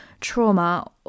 trauma